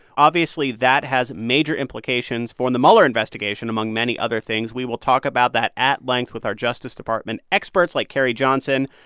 obviously, that has major implications for and the mueller investigation, among many other things. we will talk about that at length with our justice department experts, like carrie johnson,